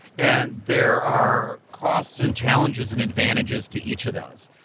and there are costs and challenges and advantages to each of those.